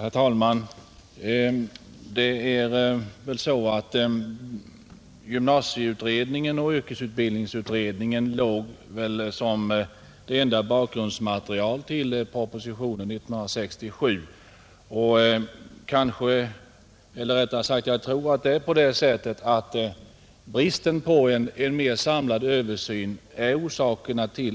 Herr talman! Materialet från gymnasieutredningen och yrkesutbildningsberedningen låg väl som det enda bakgrundsmaterialet till propositionen år 1967, och jag tror att bristen på en mer samlad översyn